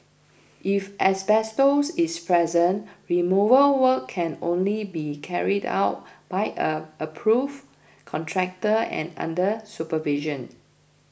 if asbestos is present removal work can only be carried out by an approved contractor and under supervision